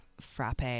frappe